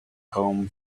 poem